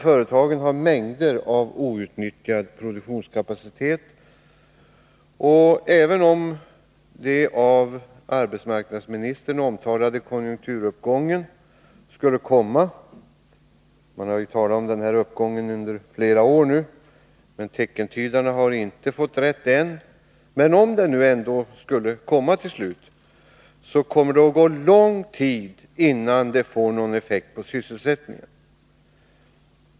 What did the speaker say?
Företagen har alltså mängder av outnyttjad produktionskapacitet, och även om den av arbetsmarknadsministern omtalade konjunkturuppgången till slut skulle komma — man har ju talat om den uppgången under flera år, men teckentydarna har inte fått rätt än — så kommer det att gå lång tid innan den får någon effekt på sysselsättningen.